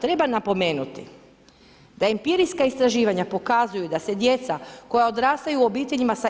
Treba napomenuti da empirijska istraživanja pokazuju da se djeca koja odrastaju u obiteljima sa